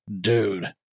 Dude